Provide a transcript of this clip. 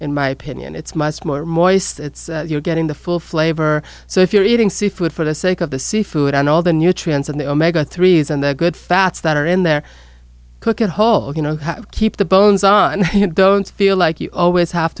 in my opinion it's much more moist it's getting the full flavor so if you're eating seafood for the sake of the seafood and all the nutrients in the omega three s and the good fats that are in there cook at whole you know keep the bones on you don't feel like you always have